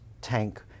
Tank